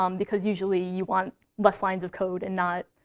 um because usually, you want less lines of code and not